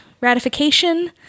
ratification